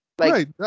Right